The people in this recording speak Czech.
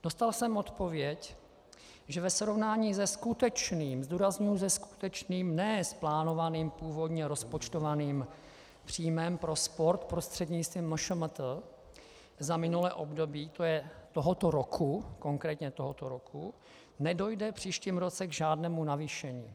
Dostal jsem odpověď, že ve srovnání se skutečným zdůrazňuji skutečným, ne s plánovaným, původně rozpočtovaným příjmem pro sport prostřednictvím MŠMT za minulé období, to je tohoto roku, konkrétně tohoto roku, nedojde v příštím roce k žádnému navýšení.